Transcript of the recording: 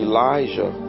Elijah